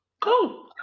Cool